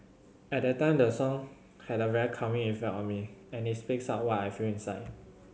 at that time the song had a very calming effect on me and it speaks out what I feel inside